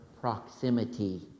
proximity